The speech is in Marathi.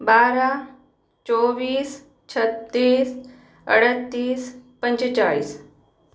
बारा चोवीस छत्तीस अडतीस पंचेचाळीस